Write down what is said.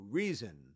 reason